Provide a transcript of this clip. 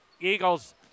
Eagles